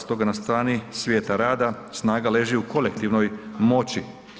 Stoga na strani svijeta rada snaga leži u kolektivnoj moći.